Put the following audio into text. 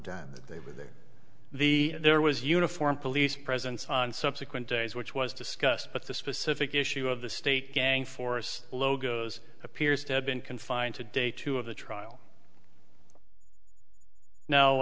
one they were there the there was uniformed police presence on subsequent days which was discussed but the specific issue of the state gang force logos appears to have been confined to day two of the trial no